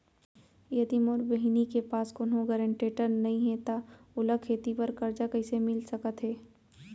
यदि मोर बहिनी के पास कोनो गरेंटेटर नई हे त ओला खेती बर कर्जा कईसे मिल सकत हे?